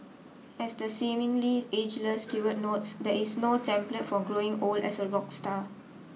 as the seemingly ageless Stewart notes there is no template for growing old as a rock star